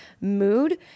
mood